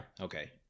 Okay